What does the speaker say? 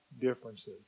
differences